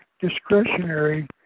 discretionary